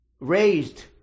raised